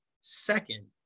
Second